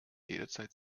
jederzeit